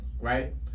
right